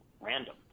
random